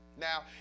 Now